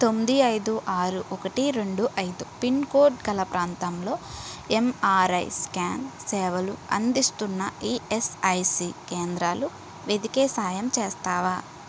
తొమ్మిది ఐదు ఆరు ఒక్కటి రెండు ఐదు పిన్ కోడ్ గల ప్రాంతంలో ఎమ్ఆర్ఐ స్కాన్ సేవలు అందిస్తున్న ఇయస్ఐసి కేంద్రాలు వెతికే సాయం చేస్తావా